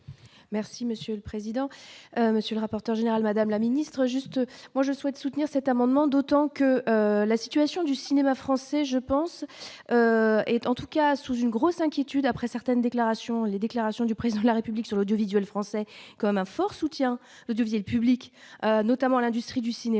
Merci monsieur le président, monsieur le rapporteur général, Madame la Ministre, juste moi je souhaite soutenir cet amendement, d'autant que la situation du cinéma français, je pense être en tout cas sous une grosse inquiétude après certaines déclarations, les déclarations du président de la République sur l'audiovisuel français comme un fort soutien deviennent publiques, notamment l'industrie du cinéma,